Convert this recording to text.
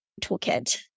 toolkit